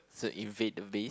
so invade the base